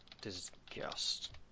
disgust